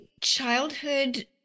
childhood